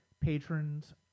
patrons